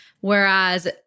whereas